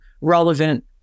relevant